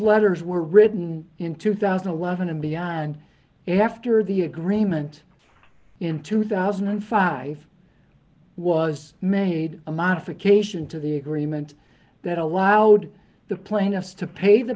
letters were written in two thousand and eleven and beyond after the agreement in two thousand and five was made a modification to the agreement that allowed the plaintiffs to pay the